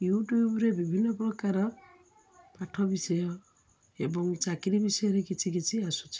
ୟୁଟ୍ୟୁବ୍ରେ ବିଭିନ୍ନ ପ୍ରକାର ପାଠ ବିଷୟ ଏବଂ ଚାକିରି ବିଷୟରେ କିଛି କିଛି ଆସୁଛି